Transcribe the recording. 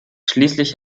schließlich